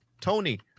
Tony